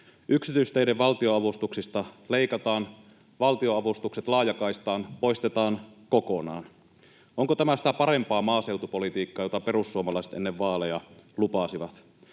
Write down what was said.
Yksityisteiden valtionavustuksista leikataan, valtionavustukset laajakaistaan poistetaan kokonaan. Onko tämä sitä parempaa maaseutupolitiikkaa, jota perussuomalaiset ennen vaaleja lupasivat?